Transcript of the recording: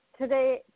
today